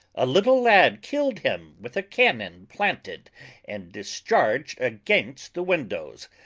a little lad killed him with a cannon planted and discharg'd against the windows.